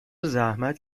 زحمت